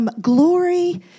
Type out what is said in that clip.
Glory